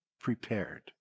prepared